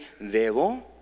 Debo